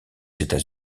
états